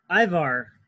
Ivar